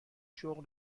شغل